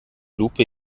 lupe